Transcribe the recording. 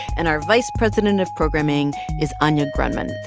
and our vice president of programming is anya grundmann.